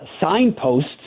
signposts